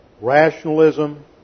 rationalism